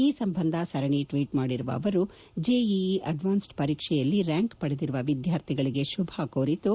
ಈ ಸಂಬಂಧ ಸರಣಿ ಟ್ವೀಟ್ ಮಾಡಿರುವ ಅವರು ಜೆಇಇ ಅಡ್ವಾನ್ಸ್ಡ್ ಪರೀಕ್ಷೆಯಲ್ಲಿ ರ್ಡಾಂಕ್ ಪಡೆದಿರುವ ವಿದ್ಯಾರ್ಥಿಗಳಿಗೆ ಶುಭ ಕೋರಿದ್ದು